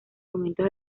momentos